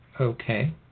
Okay